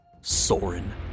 Soren